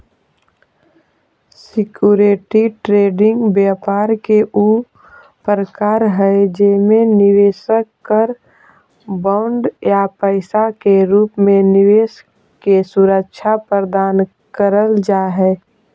security trading व्यापार के ऊ प्रकार हई जेमे निवेशक कर बॉन्ड या पैसा के रूप में निवेश के सुरक्षा प्रदान कैल जा हइ